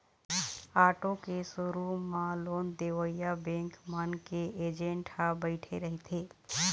auto के showroom म loan देवइया बेंक मन के एजेंट ह बइठे रहिथे